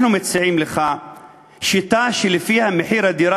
אנחנו מציעים לך שיטה שלפיה מחיר הדירה